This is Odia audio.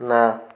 ନା